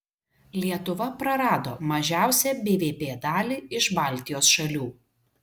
lietuva prarado mažiausią bvp dalį iš baltijos šalių